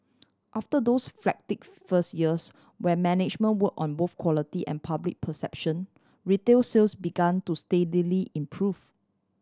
after those frantic first years when management work on both quality and public perception retail sales began to steadily improve